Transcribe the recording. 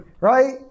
right